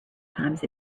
times